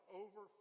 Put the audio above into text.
over